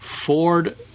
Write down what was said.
Ford